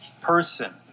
person